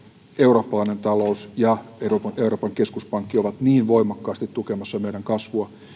eurooppalainen talous ja euroopan keskuspankki ovat niin voimakkaasti tukemassa meidän